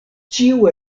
ĉiu